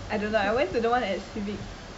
I don't know I went to the one at civic